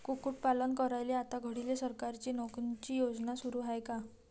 कुक्कुटपालन करायले आता घडीले सरकारची कोनची योजना सुरू हाये का?